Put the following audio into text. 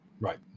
Right